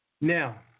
Now